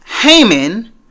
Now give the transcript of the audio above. Haman